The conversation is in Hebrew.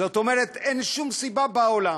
זאת אומרת, אין שום סיבה בעולם.